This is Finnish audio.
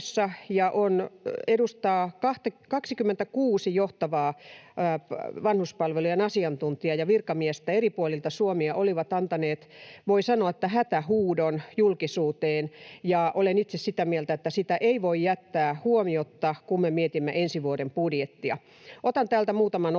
Suomessa. 26 johtavaa vanhuspalvelujen asiantuntijaa ja virkamiestä eri puolilta Suomea olivat antaneet, voi sanoa, hätähuudon julkisuuteen, ja olen itse sitä mieltä, että sitä ei voi jättää huomiotta, kun me mietimme ensi vuoden budjettia. Otan täältä muutaman otteen.